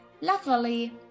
luckily